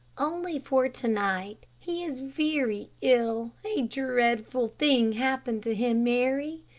only for to-night. he is very ill. a dreadful thing happened to him, mary.